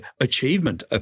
achievement